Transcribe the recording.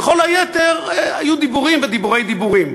כל היתר היו דיבורים ודיבורי-דיבורים.